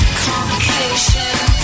complications